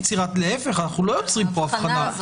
להפך, אנחנו לא יוצרים פה הבחנה.